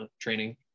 training